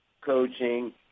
coaching